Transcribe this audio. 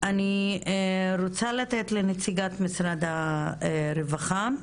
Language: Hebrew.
אני רוצה לתת לנציגת משרד הרווחה.